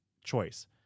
choice